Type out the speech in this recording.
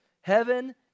Heaven